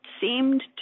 seemed